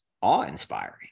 awe-inspiring